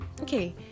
okay